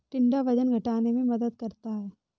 टिंडा वजन घटाने में मदद करता है